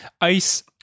Ice